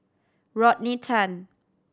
Rodney Tan